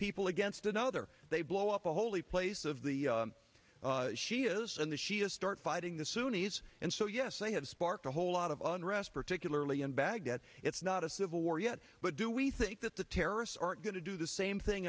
people against another they blow up a holy place of the shias and the shia start fighting the sunni's and so yes they have sparked a whole lot of unrest particularly in baghdad it's not a civil war yet but do we think that the terrorists aren't going to do the same thing